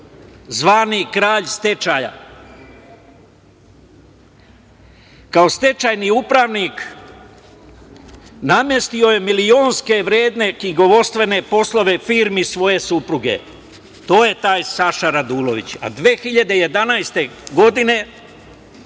zvani kralj stečaja. Kao stečajni upravnik namestio je milionske vredne knjigovodstvene poslove firmi svoje supruge. To je taj Saša Radulović. Godine